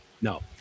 No